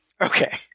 Okay